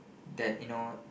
that you know